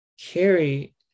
carry